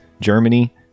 Germany